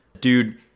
dude